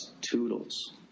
toodles